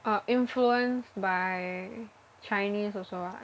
are influenced by Chinese also [what]